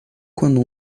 quando